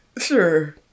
Sure